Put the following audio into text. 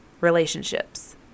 relationships